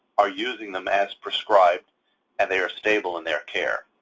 are using them as prescribed and they are stable in their care,